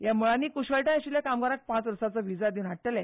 ह्या मळांनी क्शळटाय आशिल्ल्या कामगारांक पांच वर्सांचो व्हीसा दिवन हाडटले